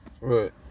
Right